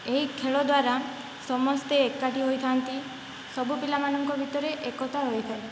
ଏହି ଖେଳ ଦ୍ୱାରା ସମସ୍ତେ ଏକାଠି ହୋଇଥାନ୍ତି ସବୁ ପିଲାମାନଙ୍କ ଭିତରେ ଏକତା ରହିଥାଏ